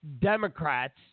Democrats